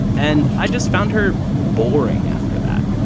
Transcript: and i just found her boring after that.